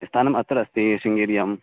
स्थानम् अत्र अस्ति शृङ्गेर्यां